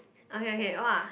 okay okay !wah!